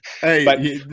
Hey